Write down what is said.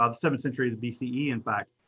ah seventh centuries bce, yeah in fact.